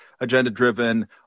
agenda-driven